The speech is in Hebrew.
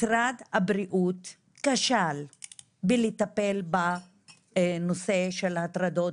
משרד הבריאות כשל בלטפל בנושא של הטרדות